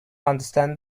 understand